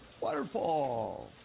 Waterfall